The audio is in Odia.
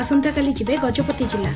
ଆସନ୍ତାକାଲି ଯିବେ ଗଜପତି ଜିଲ୍ଲା